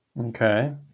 Okay